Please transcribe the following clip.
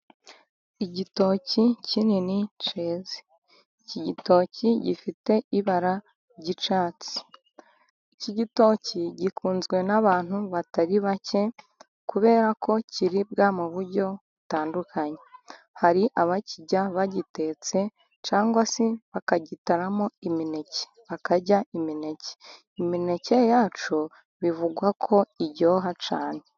Igitoki kinini cyeze. Iki gitoki gifite ibara ry'icyatsi. Iki gitoki gikunzwe n'abantu batari bake, kubera ko kiribwa mu buryo butandukanye. Hari abakirya bagitetse cyangwa se bakagitaramo imineke bakarya imineke. Imineke yacu bivugwa ko iryoha cyane.